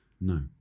no